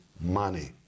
money